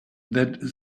that